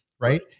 Right